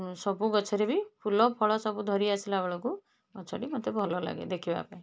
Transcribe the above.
ସବୁ ଗଛରେ ବି ଫୁଲ ଫଳ ସବୁ ଧରି ଆସିଲା ବେଳକୁ ଗଛଟି ମୋତେ ଭଲ ଲାଗେ ଦେଖିବା ପାଇଁ